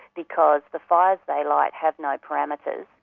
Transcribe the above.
because the fires they light have no parameters.